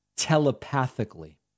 telepathically